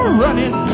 running